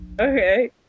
Okay